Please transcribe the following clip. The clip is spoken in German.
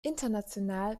international